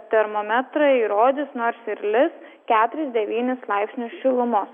termometrai rodys nors ir lis keturis devynis laipsnius šilumos